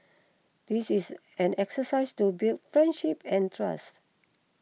this is an exercise to build friendship and trust